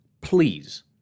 please